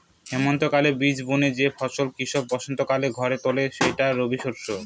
হেমন্তকালে বীজ বুনে যে ফসল কৃষক বসন্তকালে ঘরে তোলে সেটাই রবিশস্য